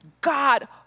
God